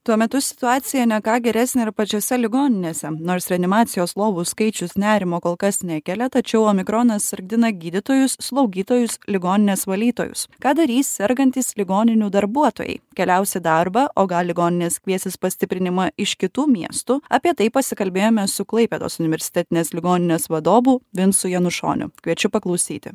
tuo metu situacija ne ką geresnė ir pačiose ligoninėse nors reanimacijos lovų skaičius nerimo kol kas nekelia tačiau omikronas sargdina gydytojus slaugytojus ligoninės valytojus ką darys sergantys ligoninių darbuotojai keliaus į darbą o gal ligoninės kviesis pastiprinimą iš kitų miestų apie tai pasikalbėjome su klaipėdos universitetinės ligoninės vadovu vincu janušoniu kviečiu paklausyti